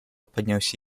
поднялся